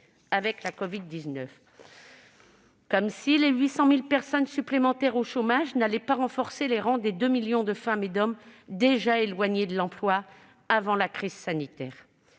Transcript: avec la covid-19 et comme si les 800 000 personnes supplémentaires au chômage n'allaient pas renforcer les rangs des 2 millions de femmes et d'hommes déjà éloignés de l'emploi avant la crise sanitaire